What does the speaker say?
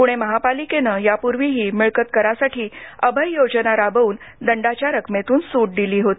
प्णे महापालिकेने यापूर्वीही मिळकत करासाठी अभय योजना राबवून दंडाच्या रकमेतून सूट दिली होती